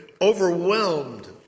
overwhelmed